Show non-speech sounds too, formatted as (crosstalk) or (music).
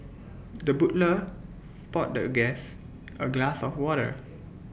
the butler (noise) poured the guest A glass of water